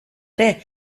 ere